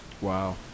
Wow